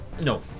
No